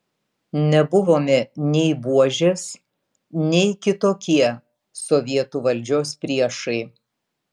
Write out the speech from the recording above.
nebuvome nei buožės nei kitokie sovietų valdžios priešai